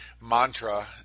mantra